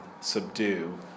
subdue